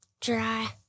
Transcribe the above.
Dry